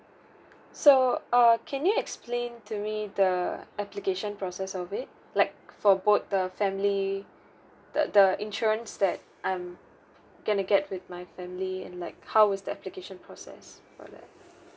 so uh can you explain to me the application process of it like for both the family the the insurance that I'm going to get with my family and like how is the application process for that